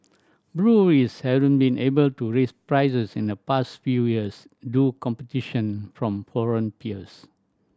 breweries hadn't been able to raise prices in the past few years due competition from foreign peers